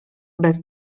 bez